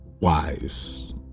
wise